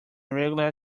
irregular